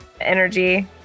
Energy